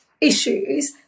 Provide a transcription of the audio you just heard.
issues